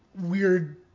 weird